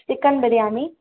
chicken biryani